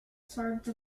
charge